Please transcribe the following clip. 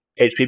HP